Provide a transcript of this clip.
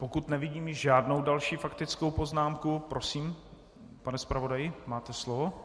Pokud nevidím již žádnou další faktickou poznámku, prosím, pane zpravodaji, máte slovo.